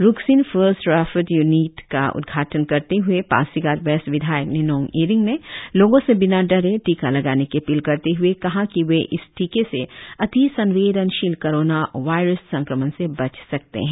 Ruksin first referred unit का उद्घाटन करते हुए पासीघाट वेस्ट विधायक निनोंग ईरिंग ने लोगों से बिना डरे टीका लगाने की अपील करते हुए कहा कि वे इस टीके से अतिसंवेदनशील कोरोना वायर्स संक्रमण से बच सकते है